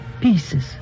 pieces